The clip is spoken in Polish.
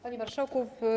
Panie Marszałku!